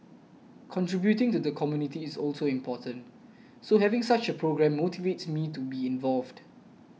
contributing to the community is also important so having such a programme motivates me to be involved